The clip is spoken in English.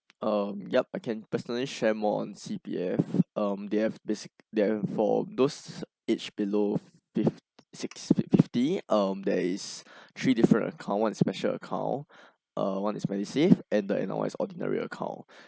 um yup I can personally share more on C_P_F um they have basic they have for those aged below fifth six fifty um that is three different account and special account uh one is medisave and the other is ordinary account